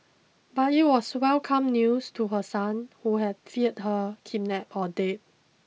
but it was welcome news to her son who had feared her kidnapped or dead